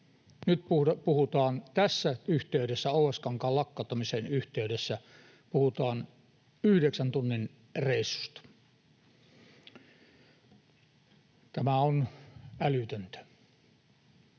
Nyt puhutaan tässä yhteydessä, Oulaskankaan lakkauttamisen yhteydessä, yhdeksän tunnin reissusta. Tämä on älytöntä.